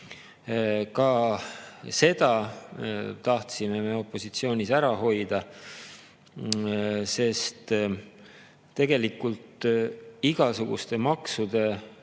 Ka seda tahtsime me opositsioonis ära hoida, sest tegelikult igasuguste maksude